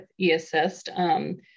eAssist